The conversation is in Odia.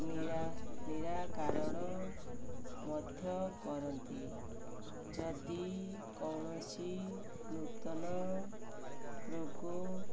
ନିରାକରଣ ମଧ୍ୟ କରନ୍ତି ଯଦି କୌଣସି ନୂତନ ରୋଗ